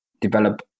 develop